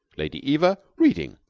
lady eva reading,